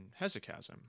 hesychasm